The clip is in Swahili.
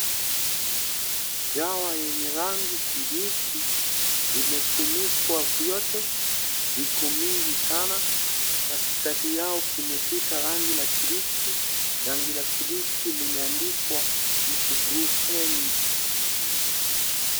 Dawa yenye rangi kibichi zimefunikwa vyote, viko mingi sana, katikati yao kimepita rangi la kibichi, rangi la kibichi limeandikwa Ibuprofen.